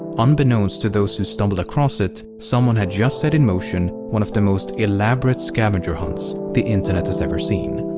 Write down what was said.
unbeknownst to those who stumbled across it, someone had just set in motion one of the most elaborate scavenger hunts the internet has ever seen.